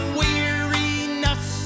weariness